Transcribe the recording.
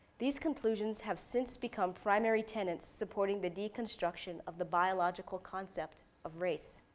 these conclusions have since become primary tenants supporting the deconstruction of the biological concept of race.